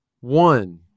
One